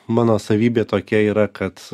mano savybė tokia yra kad